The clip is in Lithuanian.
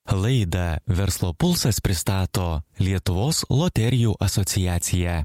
laidą verslo pulsas pristato lietuvos loterijų asociacija